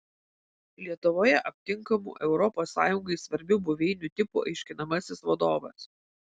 lietuvoje aptinkamų europos sąjungai svarbių buveinių tipų aiškinamasis vadovas